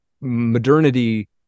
modernity